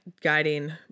guiding